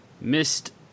missed